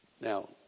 Now